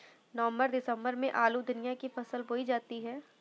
नवम्बर दिसम्बर में आलू धनिया की फसल बोई जाती है?